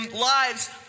lives